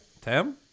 Tim